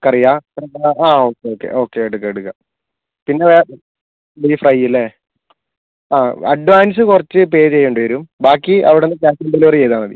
കറിയാണോ അ okay okay okay എടുക്കാം എടുക്കാം പിന്നേ ബീഫ് ഫ്രൈ അല്ലെ അഡ്വാൻസ് കുറച്ച് പേ ചെയ്യേണ്ടി വരും ബാക്കി അവിടെ നിന്ന് പാർസൽ ഡെലിവെറി ചെയ്താൽ മതി